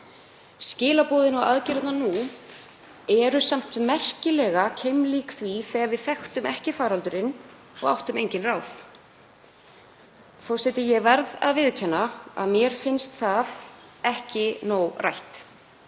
Skilaboðin og aðgerðirnar nú eru samt merkilega keimlík því þegar við þekktum ekki faraldurinn og áttum engin ráð. Forseti. Ég verð að viðurkenna að mér finnst það ekki nóg rætt,